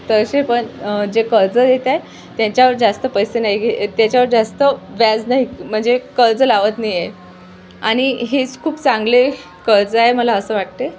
तसे पण जे कर्ज देत आहे त्याच्यावर जास्त पैसे नाही घे त्याच्यावर जास्त व्याज नाही म्हणजे कर्ज लावत नाही आहे आणि हेच खूप चांगले कर्ज आहे मला असं वाटते